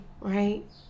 right